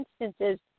instances